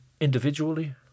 individually